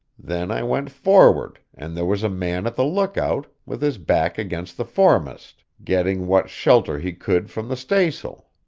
then i went forward, and there was a man at the lookout, with his back against the foremast, getting what shelter he could from the staysail.